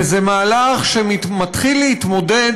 וזה מהלך שמתחיל להתמודד,